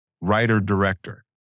writer-director